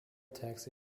taxi